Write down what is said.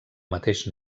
mateix